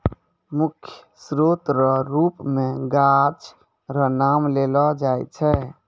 मुख्य स्रोत रो रुप मे गाछ रो नाम लेलो जाय छै